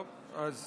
טוב, אז